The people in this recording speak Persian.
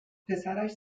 پسرش